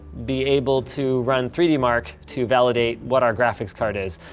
be able to run three dmark to validate what our graphics card is,